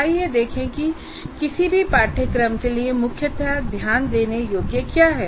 आइए देखें कि किसी भी पाठ्यक्रम के लिए मुख्यता ध्यान देने योग्य क्या है